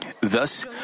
Thus